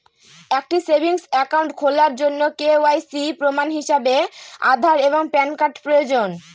একটি savings account খোলার জন্য কে.ওয়াই.সি প্রমাণ হিসাবে আধার এবং প্যান কার্ড প্রয়োজন